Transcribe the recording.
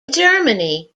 germany